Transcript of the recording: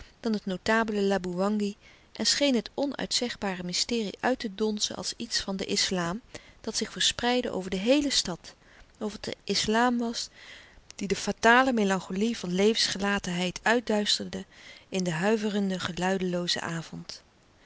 dan het notabele laboewangi en scheen het onuitzegbare mysterie uit te donzen als iets van den islâm dat zich verspreidde over de héele stad of het de islâm was die de fatale melancholie van levensgelatenheid uitduisterde in den huiverenden geluideloozen avond